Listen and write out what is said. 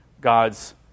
God's